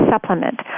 supplement